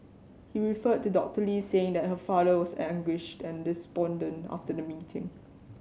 he referred to Doctor Lee saying that her father was anguished and despondent after the meeting